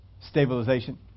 stabilization